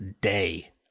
day